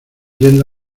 yendo